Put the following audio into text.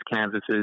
canvases